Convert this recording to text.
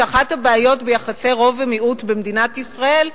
שאחת הבעיות ביחסי רוב ומיעוט במדינת ישראל,